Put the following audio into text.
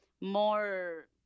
more